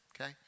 okay